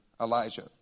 Elijah